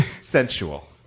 Sensual